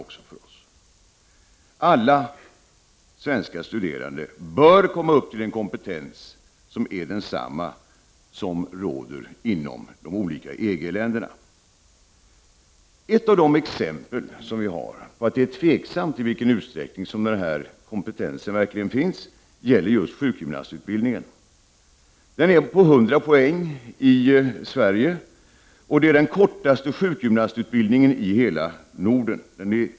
Alla svenska studerande bör komma upp till en kompetens som är densamma som studerande inom de olika EG-länderna har. Ett av de exempel som vi har på att det är tvivelaktigt i vilken utsträckning som denna kompetens verkligen finns gäller just sjukgymnastutbildningen. Den är på 100 poäng i Sverige, och det är den kortaste sjukgymnastutbildningen i hela Norden.